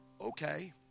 okay